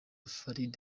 farid